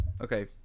Okay